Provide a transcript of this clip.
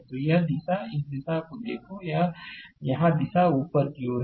तो यह दिशा दिशा को देखो यहाँ दिशा ऊपर की ओर है